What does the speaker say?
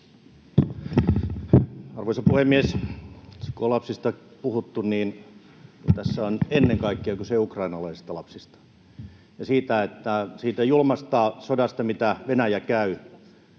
Arvoisa puhemies! Tässä kun on lapsista puhuttu, niin tässä on ennen kaikkea kyse ukrainalaisista lapsista ja siitä julmasta sodasta, mitä Venäjä käy